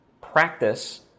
practice